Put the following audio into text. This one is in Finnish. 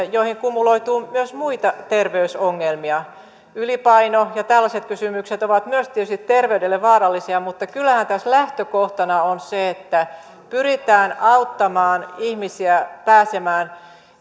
joihin kumuloituu myös muita terveysongelmia ylipaino ja tällaiset kysymykset ovat tietysti myös terveydelle vaarallisia mutta kyllähän tässä lähtökohtana on se että pyritään auttamaan ihmisiä pääsemään